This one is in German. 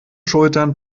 schultern